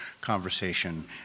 conversation